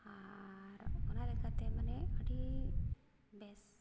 ᱟᱨ ᱚᱱᱟ ᱞᱮᱠᱟᱛᱮ ᱢᱟᱱᱮ ᱟᱹᱰᱤ ᱵᱮᱥ